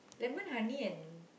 lemon honey and